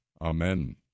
Amen